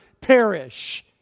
perish